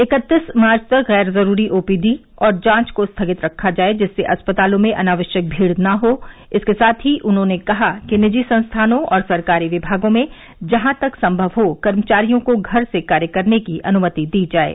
इकत्तीस मार्च तक गैर जरूरी ओपीडी और जांच को स्थगित रखा जाये जिससे अस्पतालों में अनावश्यक भीड़ न हो इसके साथ ही उन्होंने कहा कि निजी संस्थानों और सरकारी विभागों में जहां तक संभव हो कर्मचारियों को घर से कार्य करने की अनुमति दी जाये